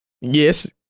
Yes